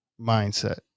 mindset